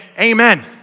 amen